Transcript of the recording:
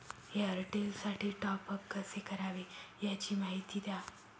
एअरटेलसाठी टॉपअप कसे करावे? याची माहिती द्या